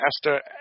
Esther